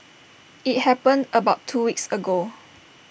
IT happened about two weeks ago